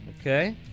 Okay